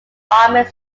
armed